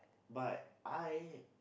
but I